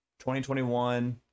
2021